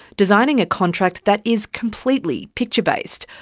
designing a contract that is completely picture based,